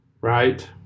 right